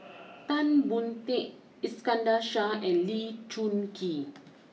Tan Boon Teik Iskandar Shah and Lee Choon Kee